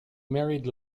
married